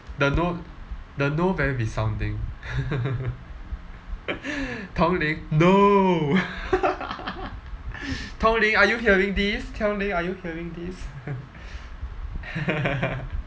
the no the no very resounding tong lin no tong lin are you hearing this tong lin are you hearing this